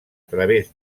través